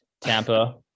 tampa